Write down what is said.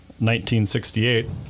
1968